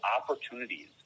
opportunities